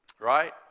Right